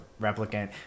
replicant